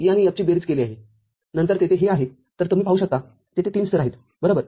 तर E आणि F ची बेरीज केली आहेनंतर तेथे हे आहे तर तुम्ही पाहू शकता तेथे तीन स्तर आहेत बरोबर